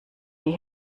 die